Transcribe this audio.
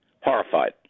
horrified